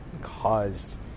caused